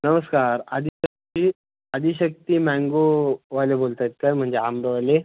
नमस्कार आदिशक्ती आदिशक्ती मॅंगो वाले बोलत आहेत का म्हणजे आंबेवाले